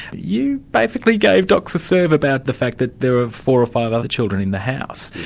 you basically gave docs a serve about the fact that there were four or five other children in the house,